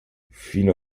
fino